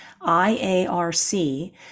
IARC